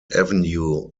avenue